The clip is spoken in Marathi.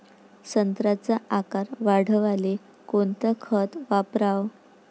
संत्र्याचा आकार वाढवाले कोणतं खत वापराव?